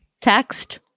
text